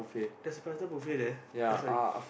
there's a prata buffet there eh sorry